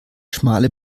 schmale